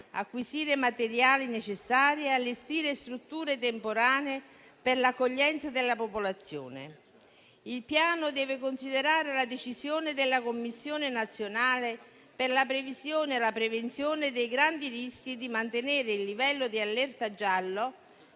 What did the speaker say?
acquisire i materiali necessari e allestire strutture temporanee per l'accoglienza della popolazione. Il piano deve considerare la decisione della Commissione nazionale per la previsione e la prevenzione dei grandi rischi di mantenere il livello di allerta giallo